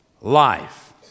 life